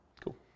Cool